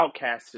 outcasted